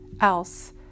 else